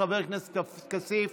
חבר כנסת כסיף,